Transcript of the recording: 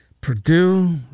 Purdue